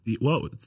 Whoa